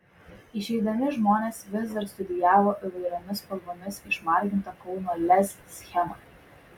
išeidami žmonės vis dar studijavo įvairiomis spalvomis išmargintą kauno lez schemą